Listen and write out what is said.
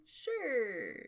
sure